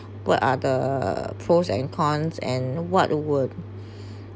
what are the pros and cons and what would